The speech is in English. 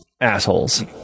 assholes